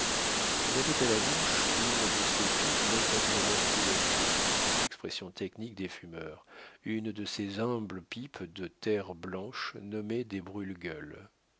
il avait à la bouche une de ces pipes notablement culottées expression technique des fumeurs une de ces humbles pipes de terre blanche nommées des brûle gueules